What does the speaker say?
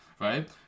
right